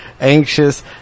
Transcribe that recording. anxious